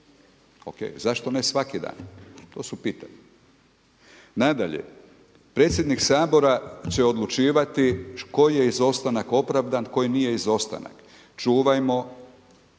Ok, zašto ne svaki dan? To su pitanja. Nadalje, predsjednik Sabora će odlučivati koji je izostanak opravdan, koji nije izostanak. Čuvajmo